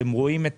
יש את